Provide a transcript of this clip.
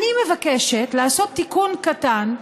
אני מבקשת לעשות תיקון קטן,